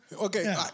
Okay